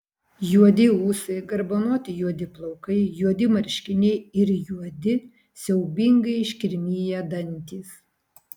juodi ūsai garbanoti juodi plaukai juodi marškiniai ir juodi siaubingai iškirmiję dantys